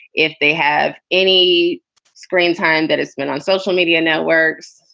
if they have any screen time that is spent on social media networks,